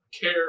care